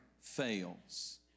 fails